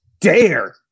dare